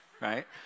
right